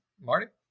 Marty